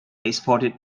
exported